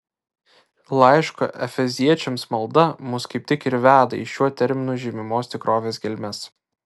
laiško efeziečiams malda mus kaip tik ir veda į šiuo terminu žymimos tikrovės gelmes